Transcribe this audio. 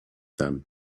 them